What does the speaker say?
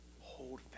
hold